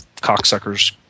cocksuckers